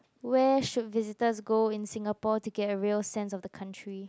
where should visitors go in Singapore to get a real sense of the country